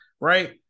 right